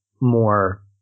more